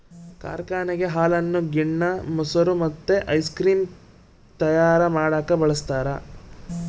ಕಾರ್ಖಾನೆಗ ಹಾಲನ್ನು ಗಿಣ್ಣ, ಮೊಸರು ಮತ್ತೆ ಐಸ್ ಕ್ರೀಮ್ ತಯಾರ ಮಾಡಕ ಬಳಸ್ತಾರ